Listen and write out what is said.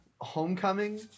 Homecoming